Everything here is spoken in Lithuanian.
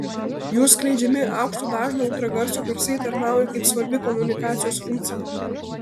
jų skleidžiami aukšto dažnio ultragarso garsai tarnauja kaip svarbi komunikacijos funkcija